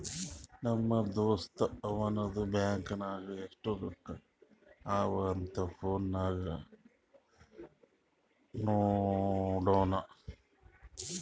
ನಮ್ ದೋಸ್ತ ಅವಂದು ಬ್ಯಾಂಕ್ ನಾಗ್ ಎಸ್ಟ್ ರೊಕ್ಕಾ ಅವಾ ಅಂತ್ ಫೋನ್ ನಾಗೆ ನೋಡುನ್